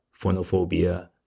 phonophobia